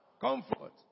comfort